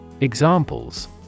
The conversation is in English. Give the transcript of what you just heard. Examples